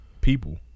People